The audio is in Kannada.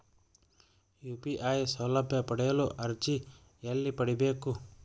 ಯು.ಪಿ.ಐ ಸೌಲಭ್ಯ ಪಡೆಯಲು ಅರ್ಜಿ ಎಲ್ಲಿ ಪಡಿಬೇಕು?